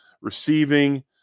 receiving